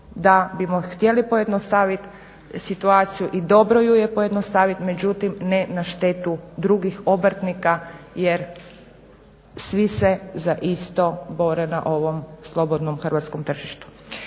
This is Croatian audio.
da bismo htjeli pojednostaviti situaciju i dobro ju je pojednostaviti međutim ne na štetu drugih obrtnika jer svi se za isto bore na ovom slobodnom hrvatskom tržištu.